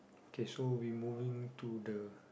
okay so we moving to the